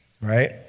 right